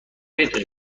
بتونی